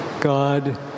God